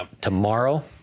Tomorrow